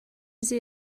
sie